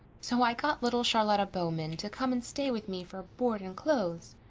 so i got little charlotta bowman to come and stay with me for board and clothes.